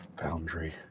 Boundary